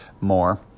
more